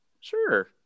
sure